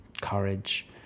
courage